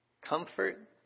comfort